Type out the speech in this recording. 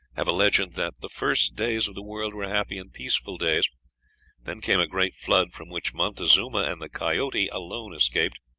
have a legend that the first days of the world were happy and peaceful days then came a great flood, from which montezuma and the coyote alone escaped.